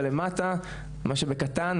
ולמטה מה שקטן,